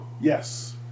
Yes